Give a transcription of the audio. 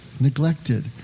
neglected